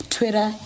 Twitter